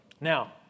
Now